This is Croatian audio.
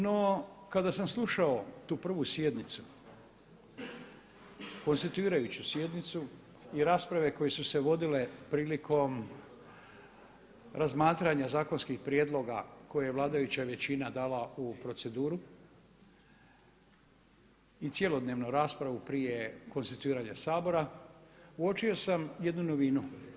No, kada sam slušao tu prvu sjednicu, konstituirajuću sjednicu i rasprave koje su se vodile prilikom razmatranja zakonskih prijedloga koje je vladajuća većina dala u proceduru i cjelodnevnu raspravu prije konstituiranja Sabora uočio sam jednu novinu.